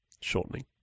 Shortening